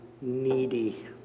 needy